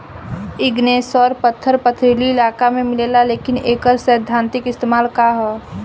Igneous पत्थर पथरीली इलाका में मिलेला लेकिन एकर सैद्धांतिक इस्तेमाल का ह?